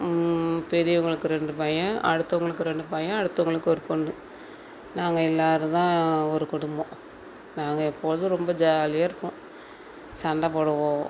பெரியவர்களுக்கு ரெண்டு பையன் அடுத்தவர்களுக்கு ரெண்டு பையன் அடுத்தவர்களுக்கு ஒரு பெண்ணு நாங்கள் எல்லோரும் தான் ஒரு குடும்பம் நாங்கள் எப்பொழுதும் ரொம்ப ஜாலியாக இருப்போம் சண்டை போடுவோம்